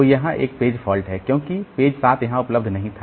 तो यहाँ एक पेज फॉल्ट है क्योंकि पेज 7 वहां उपलब्ध नहीं था